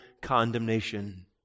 condemnation